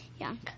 young